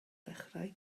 ddechrau